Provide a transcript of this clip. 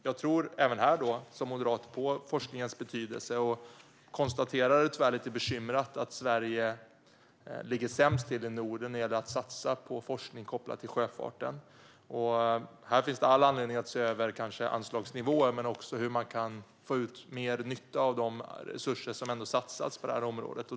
Jag tror som moderat även här på forskningens betydelse och konstaterar tyvärr lite bekymrat att Sverige ligger sämst till i Norden när det gäller att satsa på forskning kopplat till sjöfarten. Här finns det all anledning att se över anslagsnivåer och också hur man kan få ut mer nytta av de resurser som ändå satsas på det här området.